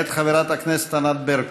מאת חברת הכנסת ענת ברקו.